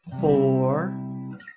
four